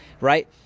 right